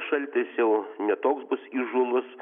šaltis jau ne toks bus įžūlus